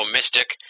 Mystic